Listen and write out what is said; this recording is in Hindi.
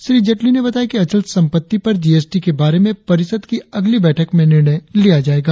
श्री जेटली ने बताया कि अचल संपत्ति पर जीएसटी के बारे में परिषद की अगली बैठक में निर्णय लिया जाएगा